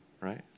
Right